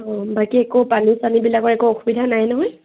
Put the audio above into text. অঁ বাকী একো পানী চানীবিলাকৰ একো অসুবিধা নাই নহয়